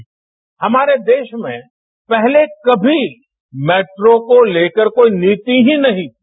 bite हमारे देश में पहले कभी मेट्रो को लेकर कोई नीति ही नहीं थी